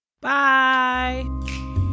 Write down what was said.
Bye